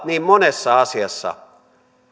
niin monessa asiassa